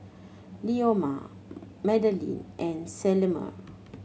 Leoma Madilyn and Selmer